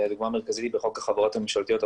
הדוגמה המרכזית זה בחוק החברות הממשלתיות,